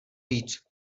víc